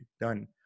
done